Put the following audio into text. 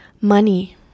Money